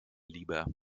lieber